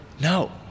No